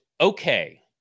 okay